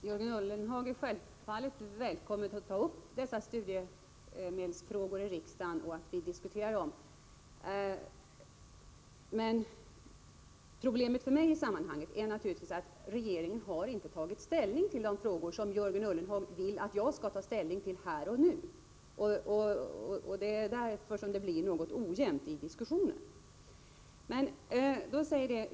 Herr talman! Jörgen Ullenhag är självfallet välkommen att ta upp dessa studiemedelsfrågor till diskussion i riksdagen. Problemet för mig i sammanhanget är naturligtvis att regeringen inte har tagit ställning till de frågor som Jörgen Ullenhag vill att jag skall ta ställning till här och nu. Det är därför det blir något ojämnt i diskussionen.